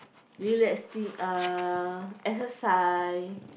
relax thing uh exercise